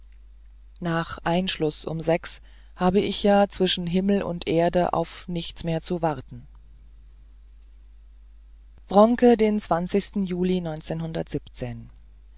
nach einschluß um sechs habe ich ja zwischen himmel und erde auf nichts mehr zu warten wronke den juli